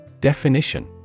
Definition